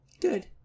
good